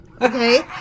Okay